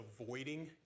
avoiding